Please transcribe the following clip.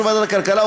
באישור ועדת הכלכלה,